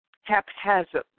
haphazardly